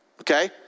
okay